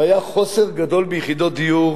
והיה חוסר גדול ביחידות דיור.